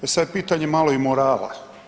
E sad je pitanje malo i morala.